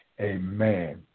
amen